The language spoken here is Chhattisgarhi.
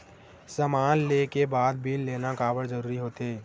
समान ले के बाद बिल लेना काबर जरूरी होथे?